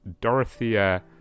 Dorothea